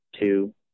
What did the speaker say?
two